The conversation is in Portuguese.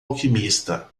alquimista